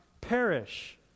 perish